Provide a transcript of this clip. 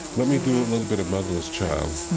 let me do a little bit of motherless child.